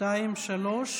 20 דקות.